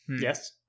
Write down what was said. Yes